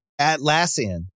Atlassian